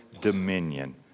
dominion